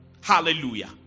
Hallelujah